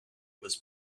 was